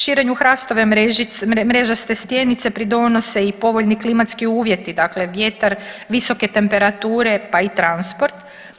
Širenju hrastove mrežaste stjenice pridonose i povoljni klimatski uvjeti, dakle vjetar, visoke temperature pa i transport.